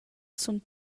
sun